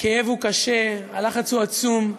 הכאב הוא קשה, הלחץ הוא עצום.